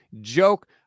joke